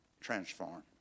transform